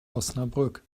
osnabrück